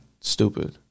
stupid